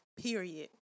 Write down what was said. period